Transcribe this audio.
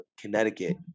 Connecticut